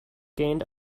gained